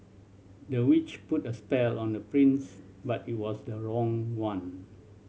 the witch put a spell on the prince but it was the wrong one